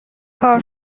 کار